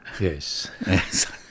Yes